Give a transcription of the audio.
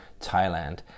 Thailand